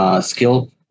skill